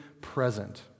present